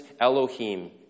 Elohim